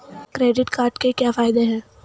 Credit card के क्या फायदे हैं?